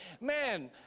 man